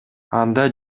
анда